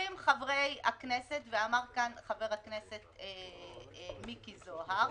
אומרים חברי הכנסת ואמר כאן חבר הכנסת מיקי זוהר: